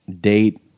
date